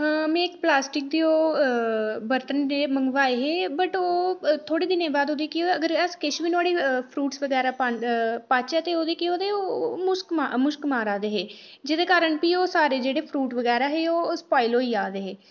में प्लास्टिक दे ओह् बरतन नेह् मंगवाए हे पर थोह्ड़े दिनें दे बाद आंह्गर अस ओह् नुहाड़े च फर्रूट बगैरा पांदे ते नुहाड़े च ते केह् ओह् मुश्क बगैरा मारा दे हे ते जेह्दे कारण ओह् फ्रूट बगैरा हे ओह् स्पाईल होई जा दे हे